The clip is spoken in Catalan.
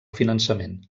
finançament